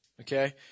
Okay